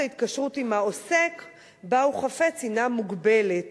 ההתקשרות שבה הוא חפץ הינה מוגבלת.